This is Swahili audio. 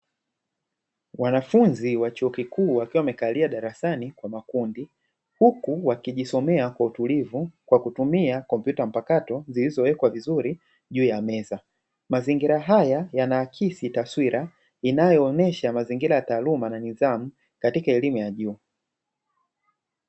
Wanafunzi wa chuo kikuu wakiwa wamekalia darasani kwa makundi, huku wakijisomea kwa utulivu kwa kutumia kompyuta mpakato zilizo wekwa vizuri juu ya meza. Mazingira haya yanaakisi taswira inayoonyesha mazingira ya taaluma na nidhamu katika elimu ya juu.